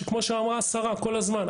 שכמו שאמרה השרה כל הזמן,